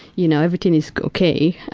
you know, everything is okay.